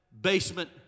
basement